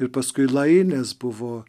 ir paskui laines buvo